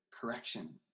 correction